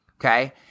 okay